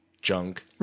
junk